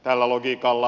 tällä logiikalla